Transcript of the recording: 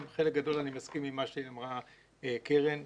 בחלק גדול אני מסכים עם מה שאמרה קרן ברק,